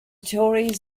tories